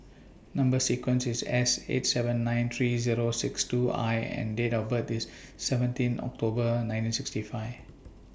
Number sequence IS S eight seven nine three Zero six two I and Date of birth IS seventeen October nineteen sixty five